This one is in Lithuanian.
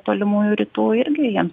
tolimųjų rytų irgi jiems